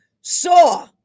saw